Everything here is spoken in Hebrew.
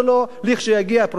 לכשיגיע הפרויקט אליו,